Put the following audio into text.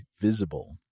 Visible